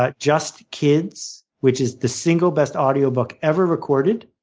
ah just kids, which is the single, best audio book ever recorded